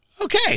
okay